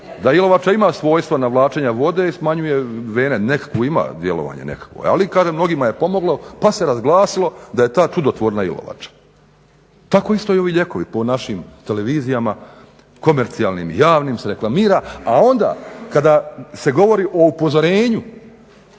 da ilovača ima svojstva navlačenja vode i smanjuje vene, nekakvo djelovanje ima. Ali kažem mnogima je pomoglo pa se razglasilo da je ta čudotvorna ilovača. Tako isto ovi lijekovi po našim televizijama, komercijalnim i javnim se reklamira a onda kada se govori o upozorenju